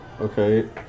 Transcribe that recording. Okay